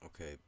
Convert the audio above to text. okay